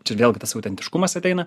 čia vėlgi tas autentiškumas ateina